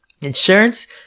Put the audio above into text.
insurance